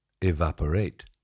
evaporate